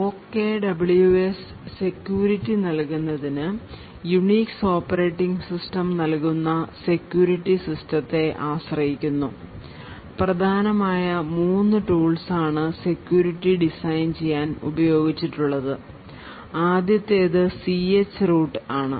OKWS security നൽകുന്നതിന് Unix operating system നൽകുന്ന security സിസ്റ്റത്തെ ആശ്രയിക്കുന്നു പ്രധാനമായ 3 ടൂൾസ് ആണ് security ഡിസൈൻ ചെയ്യാൻ ഉപയോഗിച്ചിട്ടുള്ളത് ആദ്യത്തേത് സിഎച്ച് റൂട്ട് ആണ്